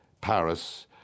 Paris